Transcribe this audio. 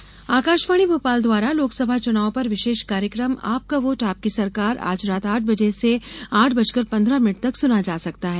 विशेष कार्यक्रम आकाशवाणी भोपाल द्वारा लोकसभा चुनाव पर विशेष कार्यक्रम आपका वोट आपकी सरकार कल रात आठ बजे से आठ बजकर पन्द्रह मिनट तक सुना जा सकता है